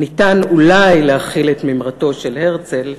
אפשר אולי להחיל את מימרתו של הרצל: